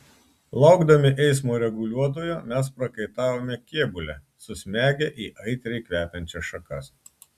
laukdami eismo reguliuotojo mes prakaitavome kėbule susmegę į aitriai kvepiančias šakas